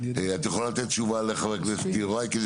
את יכולה לתת תשובה לחבר הכנסת יוראי כדי